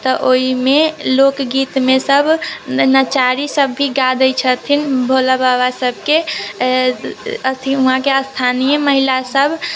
तऽ ओहिमे लोकगीत मे सब नचारी सब भी गाबे छथिन भोला बाबा सब के अथी वहाँ के स्थानीय महिला सब